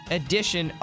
edition